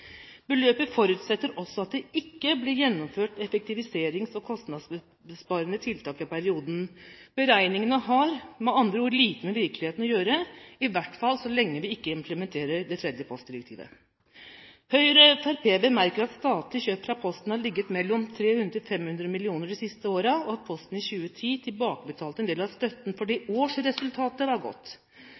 Beløpet forutsetter også at det ikke blir gjennomført effektiviserings- og kostnadsbesparende tiltak i perioden. Beregningene har med andre ord lite med virkeligheten å gjøre, i hvert fall så lenge vi ikke implementerer det tredje postdirektivet. Høyre og Fremskrittspartiet bemerker at statlige kjøp fra Posten har ligget på mellom 300 mill. og 500 mill. kr de siste årene, og at Posten i 2010 tilbakebetalte en del av støtten fordi årsresultatet var godt.